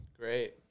great